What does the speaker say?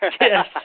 yes